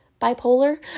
bipolar